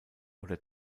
oder